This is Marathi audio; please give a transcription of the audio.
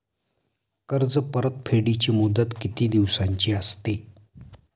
कर्ज परतफेडीची मुदत किती दिवसांची असते?